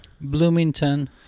Bloomington